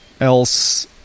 else